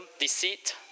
deceit